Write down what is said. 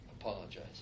apologize